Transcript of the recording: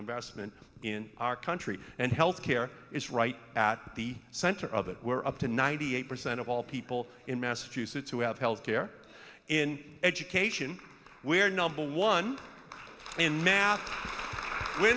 investment in our country and health care is right at the center of it were up to ninety eight percent of all people in massachusetts who have health care in education we are number one in math we're